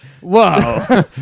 Whoa